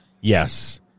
Yes